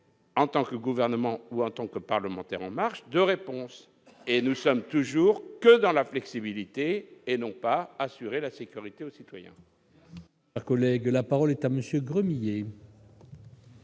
en tant que gouvernement, ou en tant que parlementaire en marche de réponse et nous sommes toujours dans la flexibilité et non pas assurer la sécurité aux citoyens.